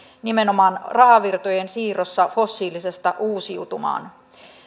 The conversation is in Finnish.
nimenomaan rahavirtojen siirrossa fossiilisesta uusiutuvaan